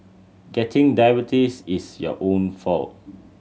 getting diabetes is your own fault